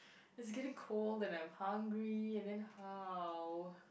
it's getting cold and I'm hungry and then how